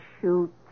shoot